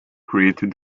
created